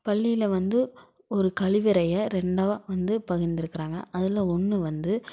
பள்ளியில் வந்து ஒரு கழிவறையை ரெண்டாக வந்து பகிர்ந்திருக்கறாங்க அதில் ஒன்று வந்து